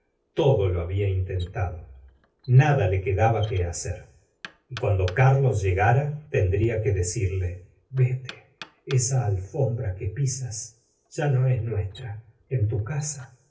todo lo babia intenta do nada le quedaba qué ha cer y cuando carlos llegara tendría que decirle vete esa alfombra que pisas ya no es nuestra en tu casa